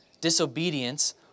Disobedience